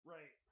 Right